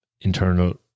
Internal